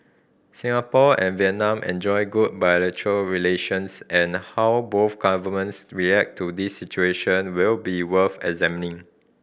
Singapore and Vietnam enjoy good bilateral relations and how both governments react to this situation will be worth examining